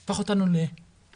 הוא הפך אותנו לשמות.